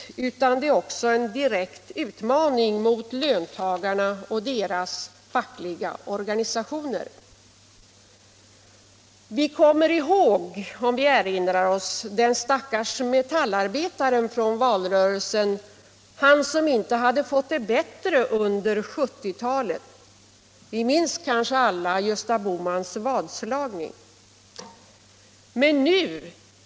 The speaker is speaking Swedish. Det är också en direkt utmaning mot löntagarna och deras fackliga organisationer. Vi kommer också ihåg den stackars metallarbetaren från valrörelsen, han som inte hade fått det bättre under 1970-talet. Vi minns kanske alla Gösta Bohmans vadslagning.